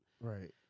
Right